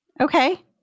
Okay